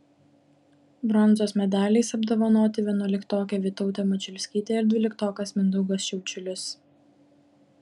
bronzos medaliais apdovanoti vienuoliktokė vytautė mačiulskytė ir dvyliktokas mindaugas šiaučiulis